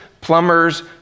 plumbers